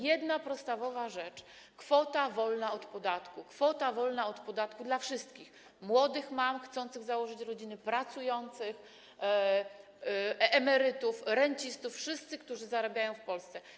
Jedna podstawowa rzecz: kwota wolna od podatku, kwota wolna od podatku dla wszystkich młodych mam chcących założyć rodzinę, pracujących, emerytów, rencistów, wszystkich, którzy zarabiają w Polsce.